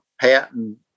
patent